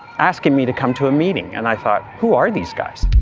asking me to come to a meeting, and i thought, who are these guys?